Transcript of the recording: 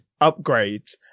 upgrades